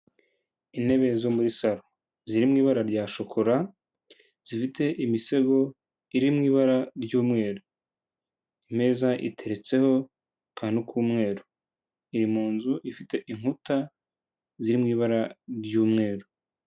Intebe zo muri saro, ziri mu ibara rya shokora, zifite imisego iri mu ibara ry'umweru, imeza iteretseho akantu k'umweru, iri mu nzu ifite inkuta ziri mu ibara ry'umweru.